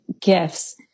gifts